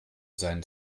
sein